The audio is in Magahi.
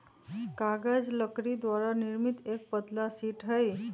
कागज लकड़ी द्वारा निर्मित एक पतला शीट हई